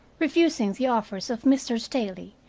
refusing the offices of mr. staley,